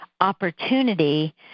opportunity